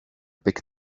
big